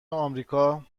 آمریکا